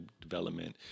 development